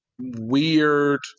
weird